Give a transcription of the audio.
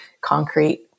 concrete